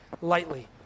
lightly